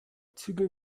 zügeln